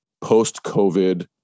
post-COVID